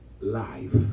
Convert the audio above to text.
life